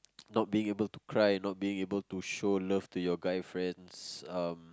not being able to cry not being able to show love to your guy friends um